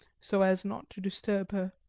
so as not to disturb her.